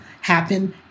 happen